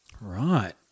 Right